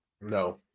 No